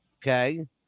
Okay